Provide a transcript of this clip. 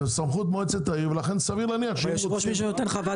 סמכות מועצת העיר לכן סביר להניח- -- אבל מי שנותן חוות